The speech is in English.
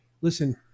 listen